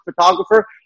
photographer